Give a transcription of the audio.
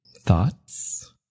thoughts